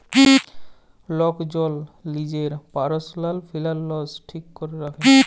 lock জল লিজের পারসলাল ফিলালস ঠিক ক্যরে রাখে